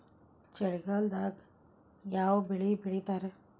ಚಳಿಗಾಲದಾಗ್ ಯಾವ್ ಬೆಳಿ ಬೆಳಿತಾರ?